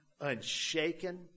unshaken